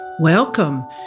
Welcome